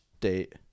date